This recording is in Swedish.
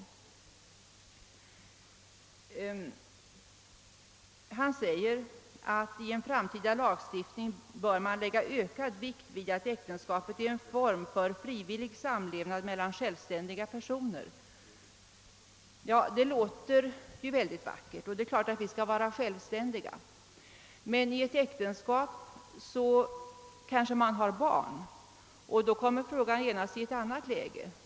Departementschefen anför vidare: »I en framtida lagstiftning bör man enligt min mening lägga ökad vikt vid att äktenskapet är en form för frivillig samlevnad mellan självständiga personer.» Det låter mycket vackert och givetvis skall människor vara självständiga. Men i ett äktenskap kan det finnas barn och då kommer frågan genast i ett annat läge.